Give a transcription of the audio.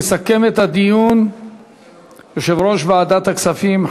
יסכם את הדיון יושב-ראש ועדת הכספים,